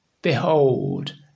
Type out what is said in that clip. Behold